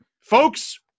folks